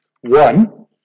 One